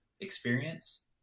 experience